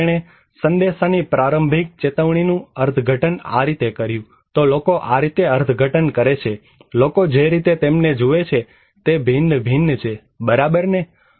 તેથી તેણે સંદેશા ની પ્રારંભિક ચેતવણી નું અર્થઘટન આ રીતે કર્યું તો લોકો આ રીતે અર્થઘટન કરે છે લોકો જે રીતે તેમને જુએ છે તે ભિન્ન ભિન્ન છે બરાબર ને